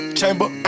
chamber